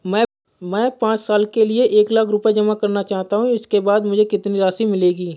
मैं पाँच साल के लिए एक लाख रूपए जमा करना चाहता हूँ इसके बाद मुझे कितनी राशि मिलेगी?